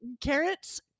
Carrots